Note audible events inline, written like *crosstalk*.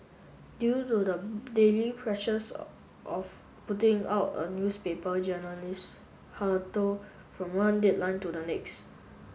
due to the daily pressures *hesitation* of putting out a newspaper journalist hurtle from one deadline to the next